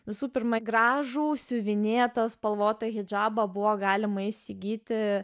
visų pirma gražų siuvinėtą spalvotą hidžabą buvo galima įsigyti